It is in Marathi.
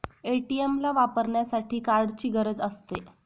ए.टी.एम ला वापरण्यासाठी कार्डची गरज असते